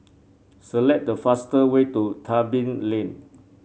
select the fast way to Tebing Lane